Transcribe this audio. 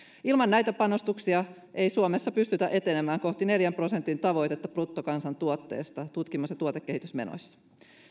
ilman näitä panostuksia ei suomessa pystytä etenemään kohti neljän prosentin tavoitetta bruttokansantuotteesta tutkimus ja tuotekehitysmenoissa